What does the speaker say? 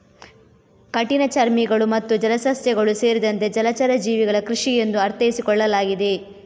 ಕಠಿಣಚರ್ಮಿಗಳು ಮತ್ತು ಜಲಸಸ್ಯಗಳು ಸೇರಿದಂತೆ ಜಲಚರ ಜೀವಿಗಳ ಕೃಷಿ ಎಂದು ಅರ್ಥೈಸಿಕೊಳ್ಳಲಾಗಿದೆ